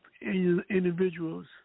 individuals